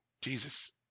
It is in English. Jesus